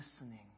listening